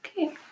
Okay